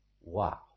Wow